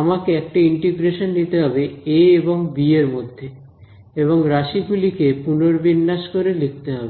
আমাকে একটা ইন্টিগ্রেশন নিতে হবে এ এবং বি এর মধ্যে এবং রাশি গুলি কে পুনর্বিন্যাস করে লিখতে হবে